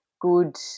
good